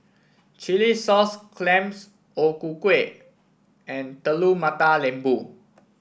Chilli Sauce Clams O Ku Kueh and Telur Mata Lembu